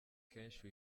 kenshi